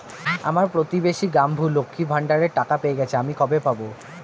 আমার প্রতিবেশী গাঙ্মু, লক্ষ্মীর ভান্ডারের টাকা পেয়ে গেছে, আমি কবে পাব?